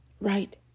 Right